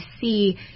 see